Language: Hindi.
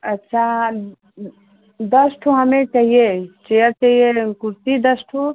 अच्छा दस ठो हमें चाहिए चेयर चाहिए कुर्सी दस ठो